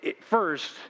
first